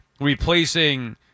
replacing